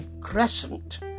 crescent